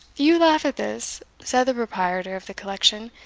you laugh at this, said the proprietor of the collection,